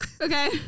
Okay